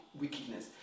wickedness